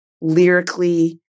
lyrically